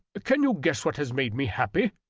can you guess what has made me happy?